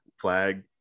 flag